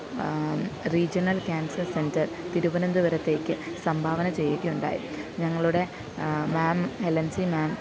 regional cancer centre തിരുവനന്തപുരത്തേക്ക് സംഭാവന ചെയ്യുകയുണ്ടായി ഞങ്ങളുടെ മേം ഹെലന്സി മേം